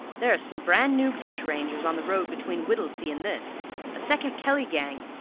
there are some brand-new bushrangers on the road between whittlesea and this a second kelly gang!